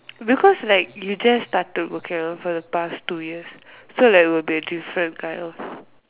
because like you just started working around for the past two years so like will be a different kind of